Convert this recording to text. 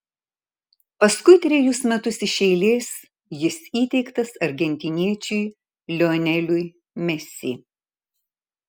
paskui trejus metus iš eilės jis įteiktas argentiniečiui lioneliui messi